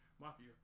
Mafia